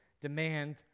demand